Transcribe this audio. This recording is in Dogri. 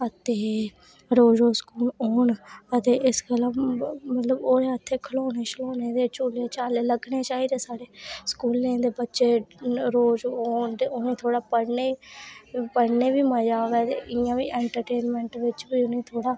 ते रोज़ रोज़ स्कूल औन ते इस गल्ला ते ओह् इत्थै खलोनै ते झूले लग्गने चाहिदे ते स्कूलें च बच्चे रोज़ औन ते उ'नेंगी थोह्ड़ा पढ़ने गी ते उ'नें गी पढ़ने च बी मज़ा आवै ते एंटरटेनमेंट च बी